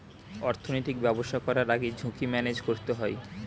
অর্থনৈতিক ব্যবসা করার আগে ঝুঁকি ম্যানেজ করতে হয়